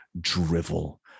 drivel